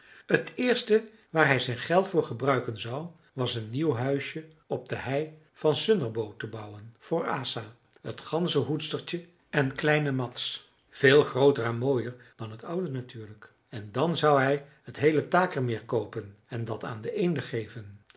het eerste waar hij zijn geld voor gebruiken zou was een nieuw huisje op de hei van sunnerbo te bouwen voor asa het ganzenhoedstertje en kleine mads veel grooter en mooier dan het oude natuurlijk en dan zou hij t heele takermeer koopen en dat aan de eenden geven